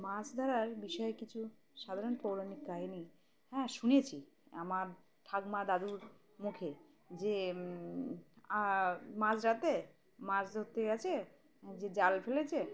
মাছ ধরার বিষয়ে কিছু সাধারণ পৌরাণিক কাহিনী হ্যাঁ শুনেছি আমার ঠাকুমা দাদুর মুখে যে মাছরাাতে মাছ ধরতে গেছে যে জাল ফেলেছে